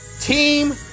Team